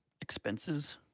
expenses